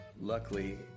Luckily